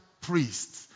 priests